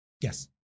Yes